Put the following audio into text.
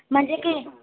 म्हणजे की